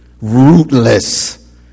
rootless